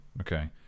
okay